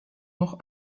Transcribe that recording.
noch